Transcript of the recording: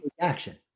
action